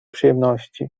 przyjemności